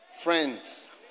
friends